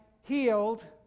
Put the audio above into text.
healed